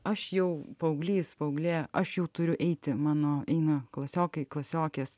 aš jau paauglys paauglė aš jau turiu eiti mano eina klasiokai klasiokės